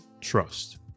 trust